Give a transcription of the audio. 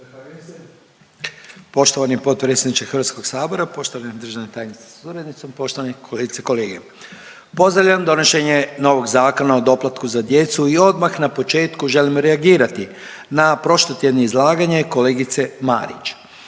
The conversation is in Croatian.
poštovani potpredsjedniče HS-a, poštovani državni tajnici sa suradnicom, poštovani kolegice i kolege. Pozdravljam donošenje novog Zakona o doplatku za djecu i odmah na početku želim reagirati na prošlotjedno izlaganje kolegice Marić